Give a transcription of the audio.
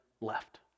left